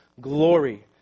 glory